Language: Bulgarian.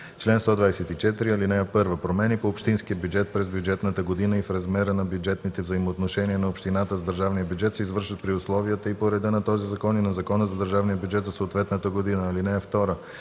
„Чл. 124. (1) Промени по общинския бюджет през бюджетната година и в размера на бюджетните взаимоотношения на общината с държавния бюджет се извършват при условията и по реда на този закон и на Закона за държавния бюджет за съответната година.